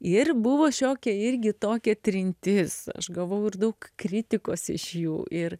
ir buvo šiokia irgi tokia trintis aš gavau ir daug kritikos iš jų ir